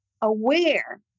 aware